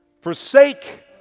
Forsake